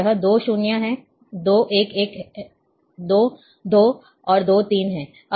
तो यह 2 0 है यह 2 1 2 2 और 2 3 है